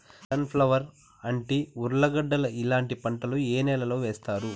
Sun flower, అంటి, ఉర్లగడ్డలు ఇలాంటి పంటలు ఏ నెలలో వేస్తారు?